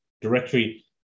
directory